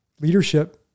Leadership